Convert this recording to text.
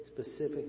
specific